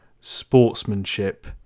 sportsmanship